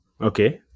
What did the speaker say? Okay